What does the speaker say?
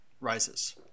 Rises